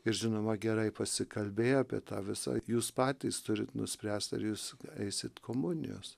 ir žinoma gerai pasikalbėję apie tą visą jūs patys turit nuspręst ar jūs eisit komunijos